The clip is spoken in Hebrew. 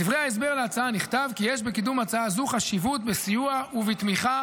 בדברי ההסבר להצעה נכתב כי יש בקידום הצעה זו חשיבות בסיוע ובתמיכה